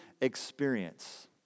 experience